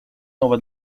nowe